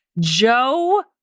Joe